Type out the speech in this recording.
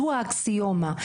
זו האקסיומה.